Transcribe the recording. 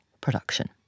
production